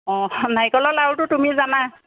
অহ্ নাৰিকলৰ লাড়ুটো তুমি জানা